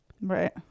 Right